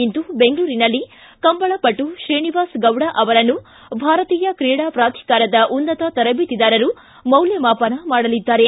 ಇಂದು ಬೆಂಗಳೂರಿನಲ್ಲಿ ಕಂಬಳ ಪಟು ಶ್ರೀನಿವಾಸ್ ಗೌಡ ಅವರನ್ನು ಭಾರತೀಯ ಶ್ರೀಡಾ ಪ್ರಾಧಿಕಾರದ ಉನ್ನತ ತರಬೇತಿದಾರರು ಮೌಲ್ಯಮಾಪನ ಮಾಡಲಿದ್ದಾರೆ